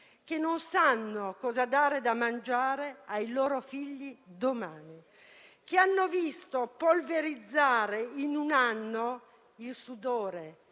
non sanno cosa dare da mangiare ai loro figli domani e hanno visto polverizzare in un anno il sudore,